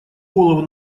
голову